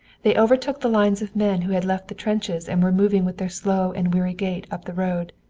they overtook the lines of men who had left the trenches and were moving with their slow and weary gait up the road.